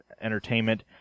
Entertainment